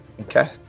Okay